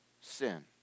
sin